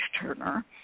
turner